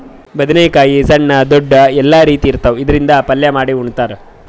ಬದ್ನೇಕಾಯಿ ಸಣ್ಣು ದೊಡ್ದು ಎಲ್ಲಾ ರೀತಿ ಇರ್ತಾವ್, ಇದ್ರಿಂದ್ ಪಲ್ಯ ಮಾಡಿ ಉಣ್ತಾರ್